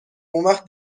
اونوقت